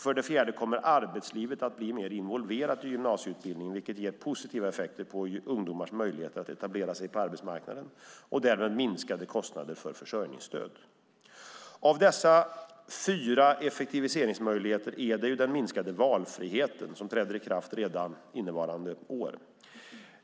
För det fjärde kommer arbetslivet att bli mer involverat i gymnasieutbildningen, vilket ger positiva effekter på ungdomars möjligheter att etablera sig på arbetsmarknaden och därmed minskade kostnader för försörjningsstöd. Av dessa fyra effektiviseringsmöjligheter är det den minskade valfriheten som träder i kraft redan innevarande år.